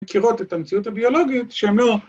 ‫מכירות את המציאות הביולוגית, ‫שהן לא...